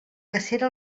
cacera